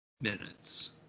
minutes